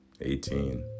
18